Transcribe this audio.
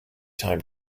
time